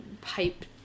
pipe